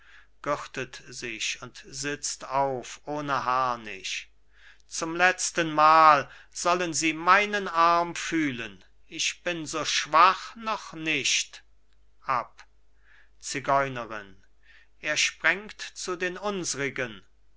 harnisch zum letztenmal sollen sie meinen arm fühlen ich bin so schwach noch nicht ab zigeunerin er sprengt zu den unsrigen